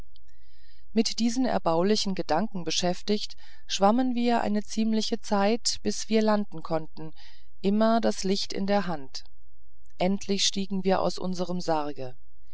mit diesen erbaulichen gedanken beschäftigt schwammen wir eine ziemliche zeit bis wir landen konnten immer das licht in der hand endlich stiegen wir aus unserem sarge